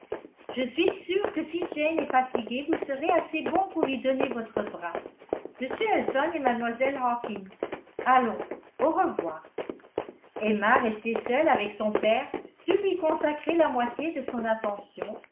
je suis sûre que si jane est fatiguée vous serez assez bon pour lui donner votre bras monsieur elton et mademoiselle hawkins allons au revoir emma restée seule avec son père dut lui consacrer la moitié de son attention